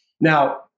Now